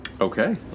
Okay